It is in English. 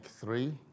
three